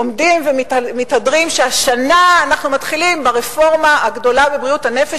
עומדים ומתהדרים שהשנה אנחנו מתחילים ברפורמה הגדולה בבריאות הנפש,